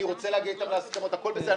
אני רוצה להגיע איתם להסכמות, הכול בסדר.